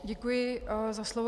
Děkuji za slovo.